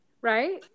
right